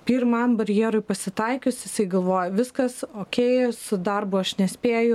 pirmam barjerui pasitaikius jisai galvoja viskas ok su darbu aš nespėju